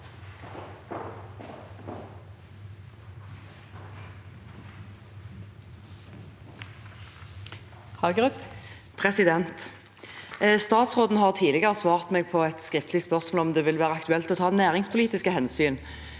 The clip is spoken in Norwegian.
Statsråden har tidligere svart meg på et skriftlig spørsmål om det vil være aktuelt å ta næringspolitiske hensyn